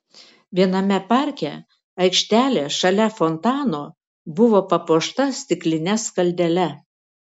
viename parke aikštelė šalia fontano buvo papuošta stikline skaldele